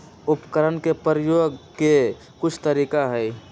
उरवरक के परयोग के कुछ तरीका हई